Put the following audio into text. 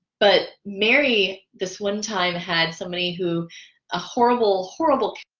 but mary this one time had somebody who a horrible horrible